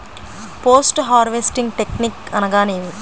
Post harvesting technique అనగా నేమి?